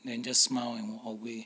then just smile and walk away